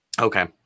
okay